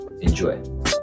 Enjoy